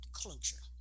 closure